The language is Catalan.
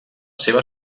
seva